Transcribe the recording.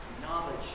knowledge